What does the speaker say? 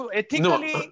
ethically